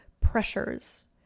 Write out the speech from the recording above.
pressures